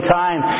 time